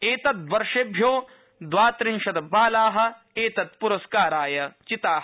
एत्त् वर्षेभ्यो द्वात्रिंशत् बाला एतत्पुरस्काराय चिता